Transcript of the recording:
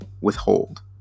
withhold